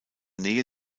nähe